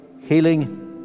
healing